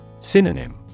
Synonym